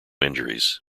injuries